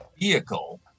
vehicle